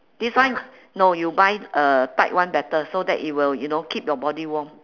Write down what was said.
this one no you buy uh tight one better so that it will you know keep your body warm